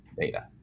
data